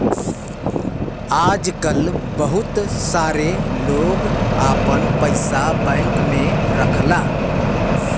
आजकल बहुत सारे लोग आपन पइसा बैंक में रखला